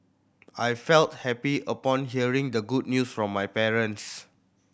I felt happy upon hearing the good news from my parents